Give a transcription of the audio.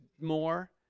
more